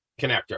connector